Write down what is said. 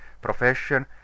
profession